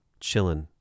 chillin